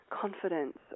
confidence